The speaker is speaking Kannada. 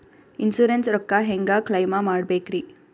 ಇನ್ಸೂರೆನ್ಸ್ ರೊಕ್ಕ ಹೆಂಗ ಕ್ಲೈಮ ಮಾಡ್ಬೇಕ್ರಿ?